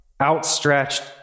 outstretched